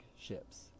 Ships